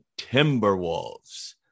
Timberwolves